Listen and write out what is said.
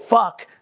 fuck,